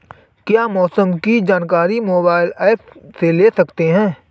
क्या मौसम की जानकारी मोबाइल ऐप से ले सकते हैं?